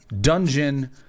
dungeon